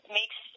makes